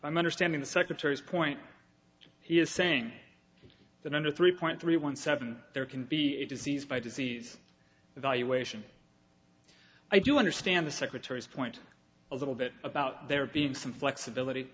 i'm understanding the secretary's point he is saying that under three point three one seven there can be a disease by disease evaluation i do understand the secretary's point a little bit about there being some flexibility